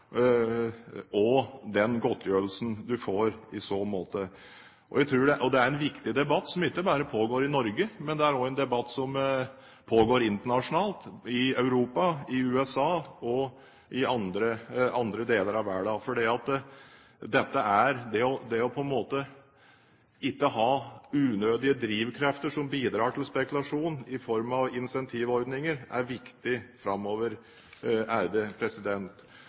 får i så måte. Det er en viktig debatt, som ikke bare pågår i Norge, men det er òg en debatt som pågår internasjonalt, i Europa, i USA og i andre deler av verden. Det er viktig framover ikke å ha unødige drivkrefter som bidrar til spekulasjon i form av incentivordninger. Til slutt vil jeg si: De styrene som er